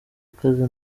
ikaze